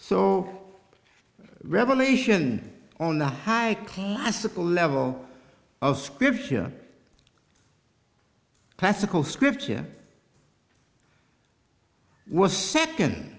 saw revelation on the high classical level of scripture classical scripture was second